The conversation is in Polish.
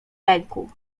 lęku